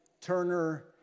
Turner